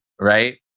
right